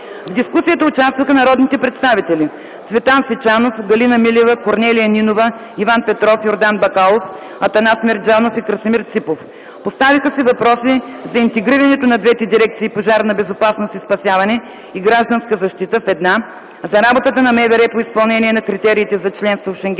В дискусията участваха народните представители Цветан Сичанов, Галина Милева, Корнелия Нинова, Иван Петров, Йордан Бакалов, Атанас Мерджанов и Красимир Ципов. Поставиха се въпроси за интегрирането на двете дирекции „Пожарна безопасност и спасяване” и „Гражданска защита” в една, за работата на МВР по изпълнение на критериите за членство в Шенгенското